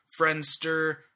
Friendster